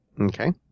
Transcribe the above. Okay